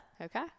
Okay